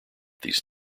these